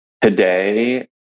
today